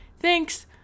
thanks